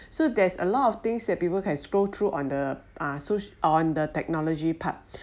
so there's a lot of things that people can scrolled through on the ah soci~ on the technology part